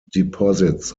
deposits